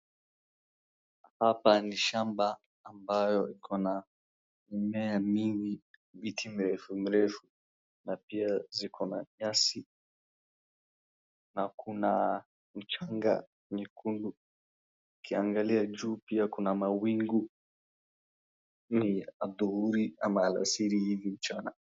Hapa ni shamba ambayo iko na mimea mingi, miti mirefu mirefu. Na pia ziko na nyasi na kuna mchanga nyekundu. Ukiangalia juu pia kuna mawingu. Ni adhuhuri ama alasiri hivi mchana.